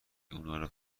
اونارو